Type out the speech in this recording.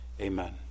Amen